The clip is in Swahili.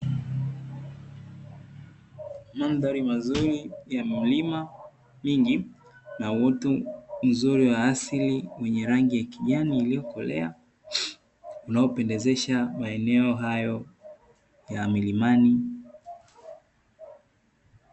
Mandhari ya milima mingi na uoto mzuri wa asili, wenye rangi ya kijani uliokolea unaopendezesha maeneo hayo ya milimani.